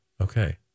okay